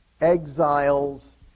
exiles